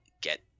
get